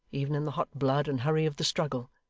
even in the hot blood and hurry of the struggle.